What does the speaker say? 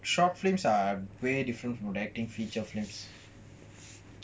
short films are way different from acting feature films